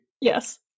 Yes